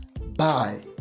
Bye